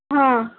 हां